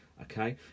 Okay